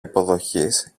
υποδοχής